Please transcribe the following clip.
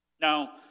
Now